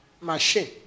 machine